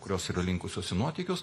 kurios yra linkusios į nuotykius